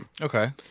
Okay